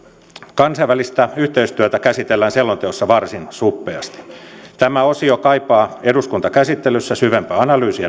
kansainvälistä yhteistyötä käsitellään selonteossa varsin suppeasti tämä osio kaipaa eduskuntakäsittelyssä syvempää analyysiä